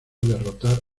derrotar